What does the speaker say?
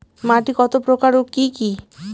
মাটি কত প্রকার ও কি কি?